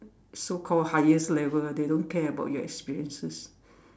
so called highest level they don't care about your experiences